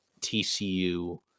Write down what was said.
TCU